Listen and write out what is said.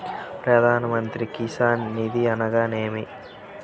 ప్రధాన మంత్రి కిసాన్ నిధి అనగా నేమి?